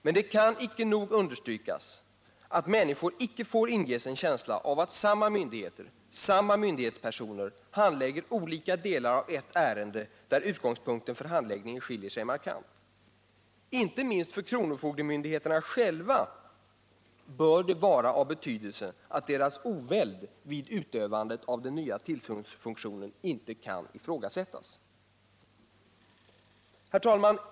Men det kan inte nog understrykas att människor inte får inges en känsla av att samma myndigheter, samma myndighetspersoner, handlägger olika delar av ett ärende där utgångspunkten för handläggningen skiljer sig markant. Inte minst för kronofogdemyndigheterna själva bör det vara av betydelse att deras oväld vid utövandet av den nya tillsynsfunktionen inte kan ifrågasättas.